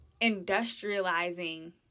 industrializing